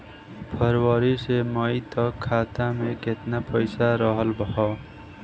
फरवरी से मई तक खाता में केतना पईसा रहल ह?